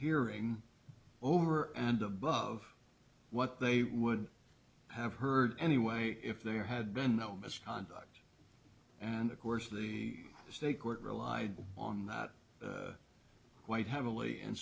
hearing over and above what they would have heard anyway if there had been no misconduct and of course the stay quit relied on that quite heavily and